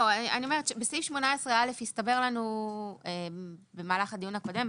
בסעיף 18א הסתבר לנו במהלך הדיון הקודם,